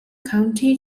county